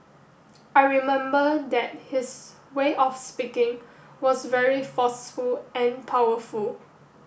I remember that his way of speaking was very forceful and powerful